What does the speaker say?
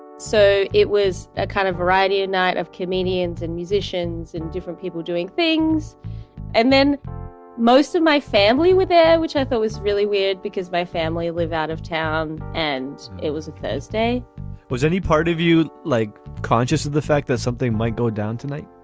so it was that kind of variety a night of comedians and musicians and different people doing things and then most of my family were there which i thought was really weird because my family live out of town and it was a thursday was any part of you like conscious of the fact that something might go down tonight.